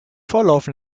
volllaufen